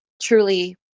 truly